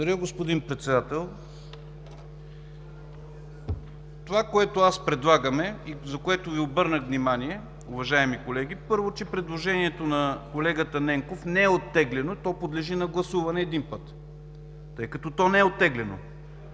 Благодаря, господин Председател. Това, което предлагам и на което Ви обърнах внимание, уважаеми колеги, е, първо, че предложението на колегата Ненков не е оттеглено, то подлежи на гласуване един път, тъй като то не е оттеглено.